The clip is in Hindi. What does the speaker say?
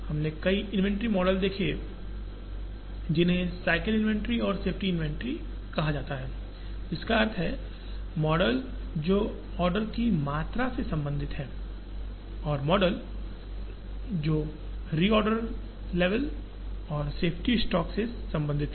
हमने कई इन्वेंट्री मॉडल देखे हैं जिन्हें साइकिल इन्वेंट्री और सेफ्टी इन्वेंट्री कहा जाता है जिसका अर्थ है मॉडल जो ऑर्डर मात्रा से संबंधित हैं और मॉडल जो कि रीआर्डर स्तर और सेफ्टी स्टॉक से संबंधित हैं